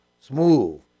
Smooth